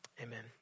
Amen